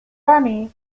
army